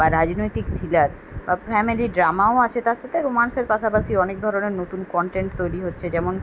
বা রাজনৈতিক থ্রিলার বা ফ্যামেলি ড্রামাও আছে তার সাথে রোমান্সের পাশাপাশি অনেক ধরনের নতুন কনটেন্ট তৈরি হচ্ছে যেমন